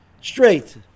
straight